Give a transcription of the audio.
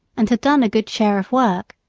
and had done a good share of work,